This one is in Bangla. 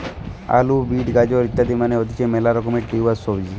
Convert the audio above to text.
আলু, বিট, গাজর ইত্যাদি মানে হতিছে মেলা রকমের টিউবার সবজি